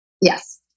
Yes